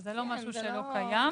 זה לא משהו שלא קיים.